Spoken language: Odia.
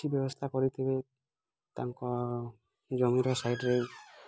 କିଛି ବ୍ୟବସ୍ଥା କରି ଥିବେ ତାଙ୍କ ଜମିର ସାଇଡ଼୍ରେ